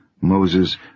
Moses